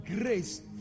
grace